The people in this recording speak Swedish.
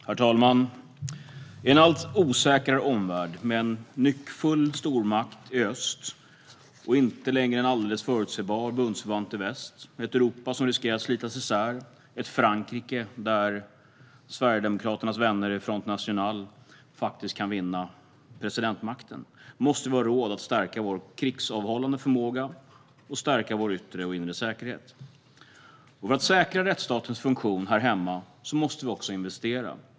Herr talman! I en allt osäkrare omvärld med en nyckfull stormakt i öst, en inte längre alldeles förutsebar bundsförvant i väst, ett Europa som riskerar att slitas isär och ett Frankrike där Sverigedemokraternas vänner i Front National faktiskt kan vinna presidentmakten måste vi ha råd att stärka vår krigsavhållande förmåga och vår yttre och inre säkerhet. För att säkra rättsstatens funktion här hemma måste vi också investera.